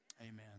amen